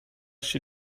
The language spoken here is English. she